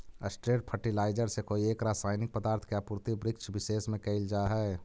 straight fertiliser से कोई एक रसायनिक पदार्थ के आपूर्ति वृक्षविशेष में कैइल जा हई